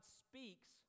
speaks